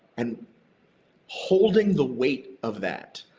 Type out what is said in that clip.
and holding the weight of that,